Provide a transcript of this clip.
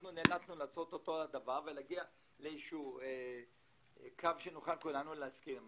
כך אנחנו נאלצנו להגיע לאיזה שהוא קו שנוכל כולנו להסכים עליו.